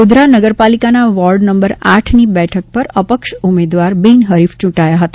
ગોધરા નગરપાલિકાના ward number આઠની બેઠક પર અપક્ષ ઉમેદવાર બીનહરીફ ચૂંટાયા હતા